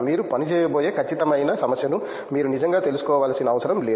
మీరు పని చేయబోయే ఖచ్చితమైన సమస్యను మీరు నిజంగా తెలుసుకోవలసిన అవసరం లేదు